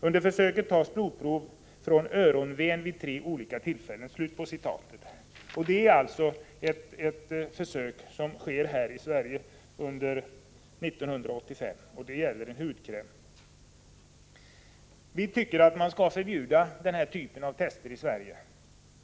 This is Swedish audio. Under försöket tas blodprov från öronven vid 3 olika tillfällen.” Detta försök sker alltså här i Sverige 1985, och det gäller en hudkräm. Vi tycker att man skall förbjuda denna typ av tester i Sverige.